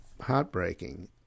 heartbreaking